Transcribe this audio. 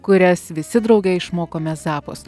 kurias visi drauge išmokome zappos